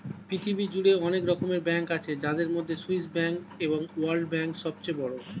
পৃথিবী জুড়ে অনেক রকমের ব্যাঙ্ক আছে যাদের মধ্যে সুইস ব্যাঙ্ক এবং ওয়ার্ল্ড ব্যাঙ্ক সবচেয়ে বড়